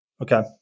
Okay